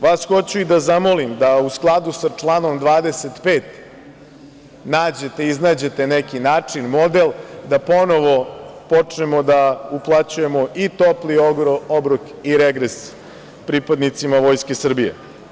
Vas hoću i da zamolim da u skladu sa članom 25. nađete, iznađete neki način, model, da ponovo počnemo da uplaćujemo i topli obrok i regres pripadnicima Vojske Srbije.